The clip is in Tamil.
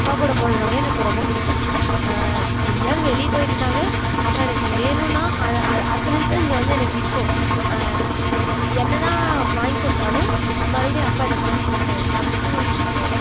அப்பா கூட போறதுனாலே எனக்கு ரொம்ப பிடிக்கும் எங்கேயாவது வெளியெ போய்டோனாவே அப்பா எனக்கு இது வேணும்னா அதை அதை அடுத்த நிமிஷம் இங்கே வந்து எனக்கு நிற்கும் என்ன என்னதான் வாங்கிக்கொடுத்தாலும் மறுபடியும் அப்பா எனக்கு வாங்கிக்கொடுப்பாரு தம்பிக்கும் வாங்கிக்கொடுப்பாரு